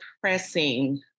pressing